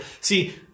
See